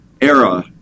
era